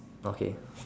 okay